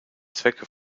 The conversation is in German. zwecke